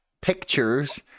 pictures